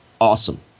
awesome